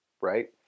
right